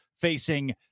facing